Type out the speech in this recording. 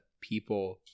people